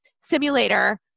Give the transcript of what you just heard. simulator